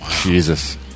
Jesus